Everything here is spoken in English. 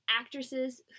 actresses